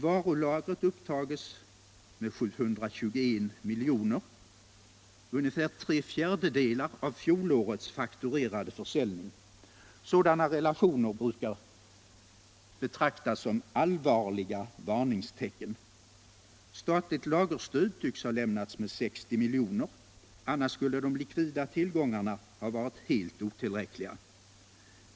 Varulagret upptas med 721 miljoner, drygt tre fjärdedelar av fjolårets fakturerade försäljning. Sådana relationer brukar betraktas som allvarliga varningstecken. Statligt lagerstöd tycks ha lämnats med 60 miljoner. Annars skulle de likvida tillgångarna ha varit helt otillräckliga.